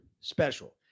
special